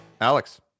Alex